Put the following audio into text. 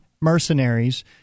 mercenaries